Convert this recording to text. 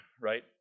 right